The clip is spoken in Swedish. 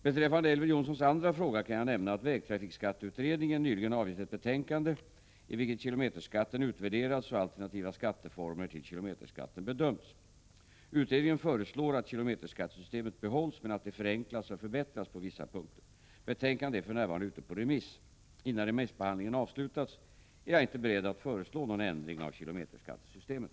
Beträffande Elver Jonssons andra fråga kan jag nämna att vägtrafikskatteutredningen nyligen har avgett ett betänkande i vilket kilometerskatten utvärderats och alternativa skatteformer till kilometerskatten bedömts. Utredningen föreslår att kilometerskattesystemet behålls, men att det förenklas och förbättras på vissa punkter. Betänkandet är för närvarande ute på remiss. Innan remissbehandlingen avslutats är jag inte beredd att föreslå någon ändring av kilometerskattesystemet.